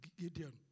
Gideon